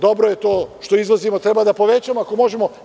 Dobro je to što izvozimo, trebamo da povećamo ako možemo.